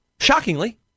Shockingly